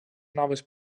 noves